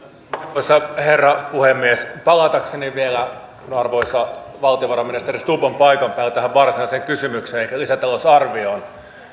arvoisa herra puhemies palatakseni vielä arvoisa valtiovarainministeri stubb on paikan päällä tähän varsinaiseen kysymykseen elikkä lisätalousarvioon